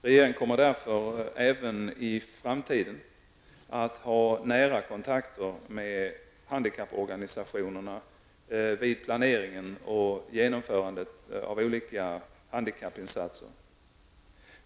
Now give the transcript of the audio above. Regeringen kommer därför även i framtiden att ha nära kontakter med handikapporganisationerna vid planering och genomförande av olika handikappinsatser.